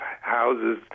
houses